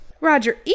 Roger